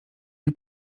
nie